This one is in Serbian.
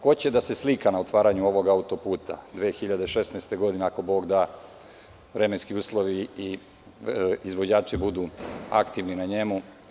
Ko će da se slika na otvaranju ovog autoputa 2016. godine, ako Bog da i ako vremenski uslovi i izvođači budu aktivni na njemu?